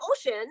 ocean